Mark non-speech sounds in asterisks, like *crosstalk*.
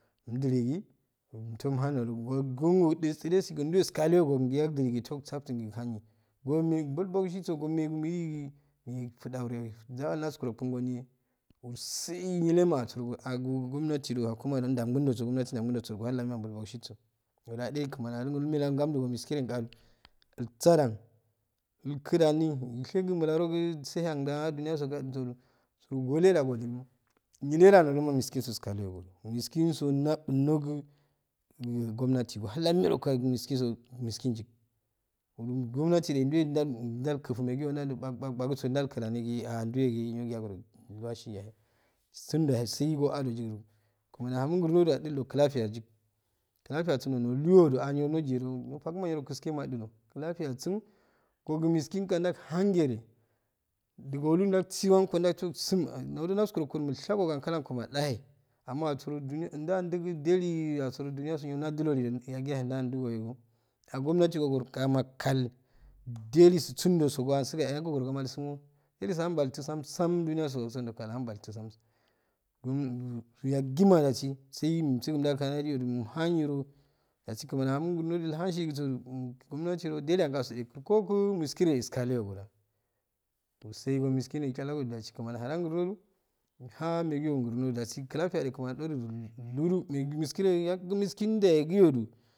Imjiligi umjomham nodo go gunajesi legsi juwe iskayogo gogn gi yagjili kiktoksaftingi hanyo gomenbol bogsiso gomen gil me mefi jare ojuwa naskurogum goni uru sainilema asuro go agu gomnati jo akumajo jabunjoso gumnatijo jalunjoso ohan namema balbogshi so noda a eh kmani aha ju grnoju imuye gamju go miskire gaju ilsada ilkijani llshegi mularogojn saiyan daya juniyasogoju soju wuleda gojilima nile janoluma miskin so iskaloyo korim miskinso nalunogomnati gohan lamerogoyaye gn miskinso miskinjik uru gumnati joah juwe jai jai kufumigiyo nanjo bagbagbagi suju da iki janigi aa juweginiro jagyagojo ulwashi yahe sunjo uake sai godo jigijo kmeni ahamo grnaju a delu cjafiya jik clafiyasin ju nolayoju niro nojiye jo faguma nirokiske majijc clatiyasun go ginmiskinga jak han go-reju golu jak si wanko jag toksim a nodo nas kuroko milshagoga ankalanko ma jaye amma asuro jumiyaso asuro juniya jajiki jani asuro juniyaso niro najilolijo yagiyahe janjngohema agumnati go gorokumakal jalisu sunjo so go ansu gahe ago goroka mulsunwo jaliso ahan baltu sam sam juniya so sunji kal ju ahan bal tu samsam juniya so sunjo kal ju aham bal tu samsam *unintelligible* yoguma jasi sai misikun ja kanajio jomhan niro jasi kmani ahamo grneju llhanshiyi gisodu gumnati jo jah ankaso eh kurkoku miskireyo eh llsaleyo godan uru sai go miskire eh chalago jo jasi kmani ahajan arnoju iha megiyo grnoju jasi clakiya eh kmani ajoju uluju megin miskireyo iyagi miskin jayo igiyoju.